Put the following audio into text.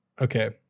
Okay